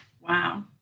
Wow